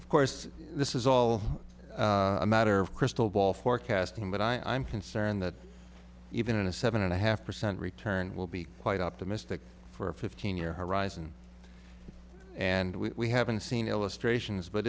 of course this is all a matter of crystal ball forecasting but i'm concerned that even a seven and a half percent return will be quite optimistic for a fifteen year horizon and we haven't seen illustrations but